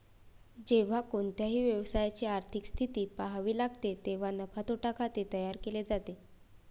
जेव्हा कोणत्याही व्यवसायाची आर्थिक स्थिती पहावी लागते तेव्हा नफा तोटा खाते तयार केले जाते